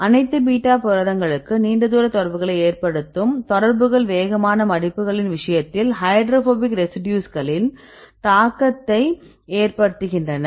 அனைத்து பீட்டா புரதங்களும் நீண்ட தூர தொடர்புகளை ஏற்படுத்தும் தொடர்புகள் வேகமான மடிப்புகளின் விஷயத்தில் ஹைட்ரோபோபிக் ரெசிடியூஸ்களில் தாக்கத்தை ஏற்படுத்துகின்றன